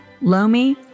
Lomi